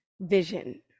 vision